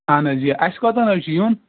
اَہن حظ یہِ اَسہِ کوٚتَن حظ چھِ یُن